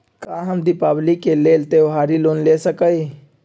का हम दीपावली के लेल त्योहारी लोन ले सकई?